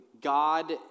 God